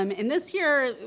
um and this year,